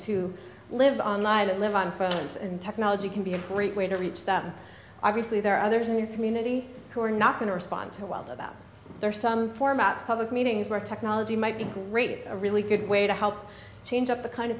to live on live and live on phones and technology can be a great way to reach them obviously there are others in the community who are not going to respond to well about there are some formats public meetings where technology might be great a really good way to help change up the kind of